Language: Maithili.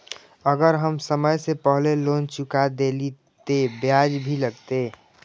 अगर हम समय से पहले लोन चुका देलीय ते ब्याज भी लगते?